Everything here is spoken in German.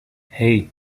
hei